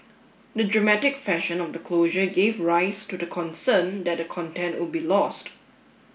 the dramatic fashion of the closure gave rise to the concern that the content would be lost